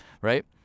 right